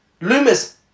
Loomis